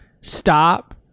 stop